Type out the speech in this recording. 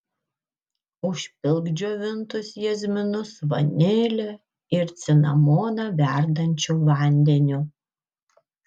užpilk džiovintus jazminus vanilę ir cinamoną verdančiu vandeniu